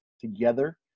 together